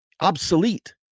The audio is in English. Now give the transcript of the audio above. obsolete